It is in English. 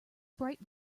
bright